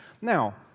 Now